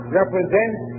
represents